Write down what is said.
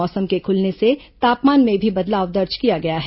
मौसम के खुलने से तापमान में भी बदलाव दर्ज किया गया है